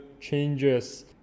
changes